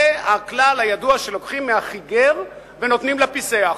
זה הכלל הידוע שלוקחים מהחיגר ונותנים לפיסח,